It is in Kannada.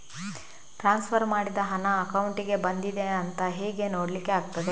ಟ್ರಾನ್ಸ್ಫರ್ ಮಾಡಿದ ಹಣ ಅಕೌಂಟಿಗೆ ಬಂದಿದೆ ಅಂತ ಹೇಗೆ ನೋಡ್ಲಿಕ್ಕೆ ಆಗ್ತದೆ?